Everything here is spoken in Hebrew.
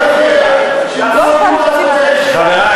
חברי,